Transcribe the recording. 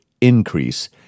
increase